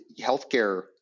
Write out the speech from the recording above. healthcare